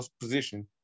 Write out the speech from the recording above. position